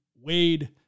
Wade